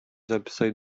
zapisać